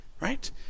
right